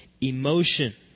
emotion